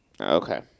Okay